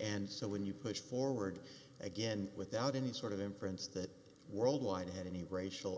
and so when you push forward again without any sort of inference that world wide had any racial